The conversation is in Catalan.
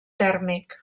tèrmic